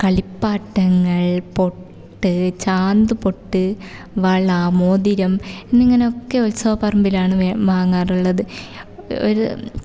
കളിപ്പാട്ടങ്ങള് പൊട്ട് ചാന്ത് പൊട്ട് വള മോതിരം എന്നിങ്ങനെയൊക്കെ ഉത്സവ പറമ്പിലാണ് വാങ്ങാറുള്ളത് ഒരു